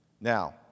Now